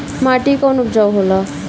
माटी कौन उपजाऊ होला?